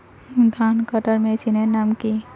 ধান কাটার মেশিনের নাম কি?